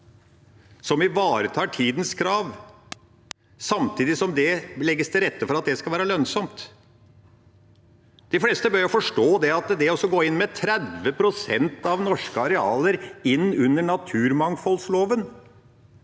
som ivaretar tidens krav, samtidig som det legges til rette for at det skal være lønnsomt. De fleste bør forstå at å gå inn for 30 pst. av norske arealer under naturmangfoldloven